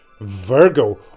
Virgo